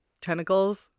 tentacles